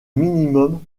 minimum